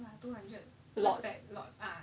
lots eh lots ah